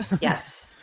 yes